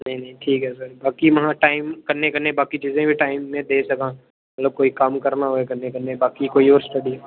नेईं नेईं ठीक ऐ सर बाकी महा टाइम कन्नै कन्नै बाकी चीजें बी टाइम मैं देई सकां मतलब कोई कम्म करना होए कन्नै कन्नै बाकी कोई होर स्टडी